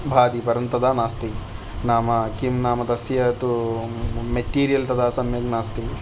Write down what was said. भाति परं तथा नास्ति नाम किं नाम तस्य तु मेटीरियल् तथा सम्यक् नास्ति